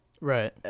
Right